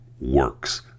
works